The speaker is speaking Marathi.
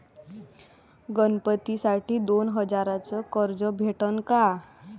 गणपतीसाठी दोन हजाराचे कर्ज भेटन का?